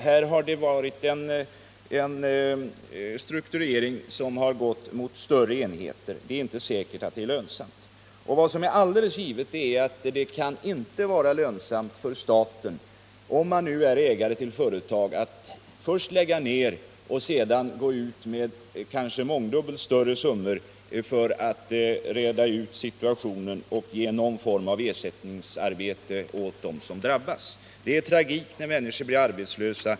Här i Sverige har struktureringen gått mot större enheter. Det är inte säkert att det är lönsamt. Vad som är alldeles givet är att det inte kan vara lönsamt för staten, som ägare till företag, att först lägga ner företag och sedan gå ut med kanske mångdubbelt större summor för att reda upp situationen och ge någon form av ersättningsarbete åt dem som drabbas. Det är tragik när människor blir arbetslösa.